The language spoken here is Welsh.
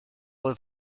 oedd